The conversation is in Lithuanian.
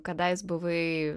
kadais buvai